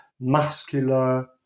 muscular